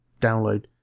download